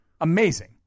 Amazing